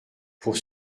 pour